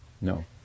No